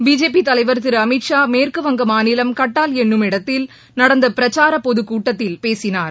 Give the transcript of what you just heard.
BJP தலைவர் திரு அமித்ஷா மேற்கு வங்க மாநிலம் கட்டால் என்னும் இடத்தில் நடந்த பிரச்சார பொதுக் கூட்டத்தில் பேசினார்